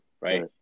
Right